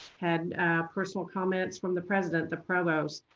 had personal comment from the president, the provost,